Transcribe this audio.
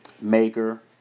Maker